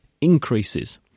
increases